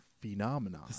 Phenomenon